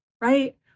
right